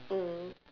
mm